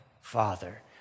father